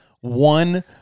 One